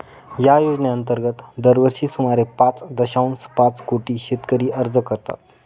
या योजनेअंतर्गत दरवर्षी सुमारे पाच दशांश पाच कोटी शेतकरी अर्ज करतात